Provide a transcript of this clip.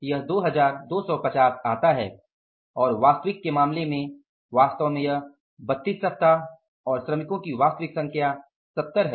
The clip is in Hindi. यह 2250 आता है और वास्तविक के मामले में वास्तव में यह 32 सप्ताह और श्रमिकों की वास्तविक संख्या 70 है